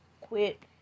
quit